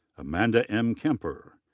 amanda m. kemper.